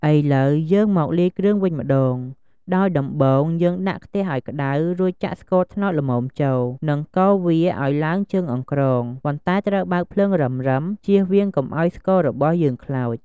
ឥឡូវ យើងមកលាយគ្រឿងវិញម្ដង ដោយដំបូងយើងដាក់ខ្ទះឱ្យក្ដៅ រួចចាក់ស្ករត្នោតល្មមចូល និងកូរវាឱ្យឡើងជើងអង្ក្រង ប៉ុន្តែត្រូវបើកភ្លើងរឹមៗ ជៀសវាងកុំឱ្យស្កររបស់យើងខ្លោច។